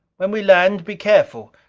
when we land, be careful.